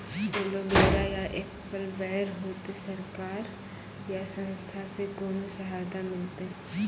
Aloe vera या apple बैर होते? सरकार या संस्था से कोनो सहायता मिलते?